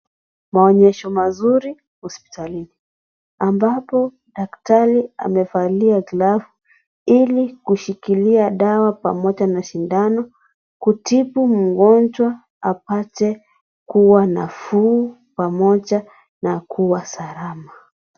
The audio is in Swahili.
Maonyesho mazuri hospitalini. ambapo daktari amevalia glavu ili kushikilia dawa pamoja na sindano, kutibu mgonjwa apate kuwa nafuu, pamoja na kuwa salama.